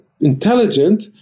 intelligent